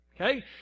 okay